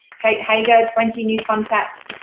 kate hager, twenty new contacts.